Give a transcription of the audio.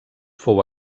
fou